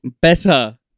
better